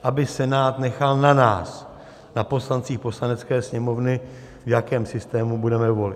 Aby Senát nechal na nás, na poslancích Poslanecké sněmovny, v jakém systému budeme volit.